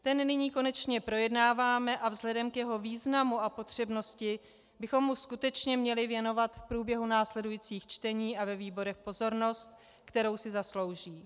Ten nyní konečně projednáváme a vzhledem k jeho významu a potřebnosti bychom mu skutečně měli věnovat v průběhu následujících čtení a ve výborech pozornost, kterou si zaslouží.